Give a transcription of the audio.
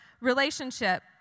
relationship